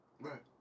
Right